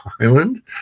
Island